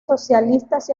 socialistas